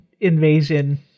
invasion